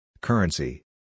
Currency